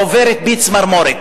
עוברת בי צמרמורת,